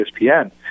ESPN